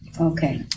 Okay